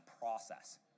process